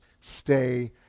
Stay